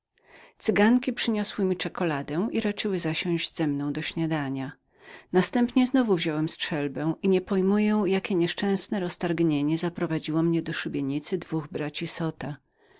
cyganki przyniosły mi czekuladę i raczyły ze mną śniadać następnie znowu wziąłem strzelbę i nie pojmuję jakie nieszczęsne roztargnienie zaprowadziło mnie do szubienicy dwóch braci zota